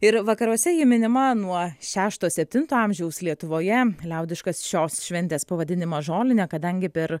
ir vakaruose ji minima nuo šešto septinto amžiaus lietuvoje liaudiškas šios šventės pavadinimas žolinė kadangi per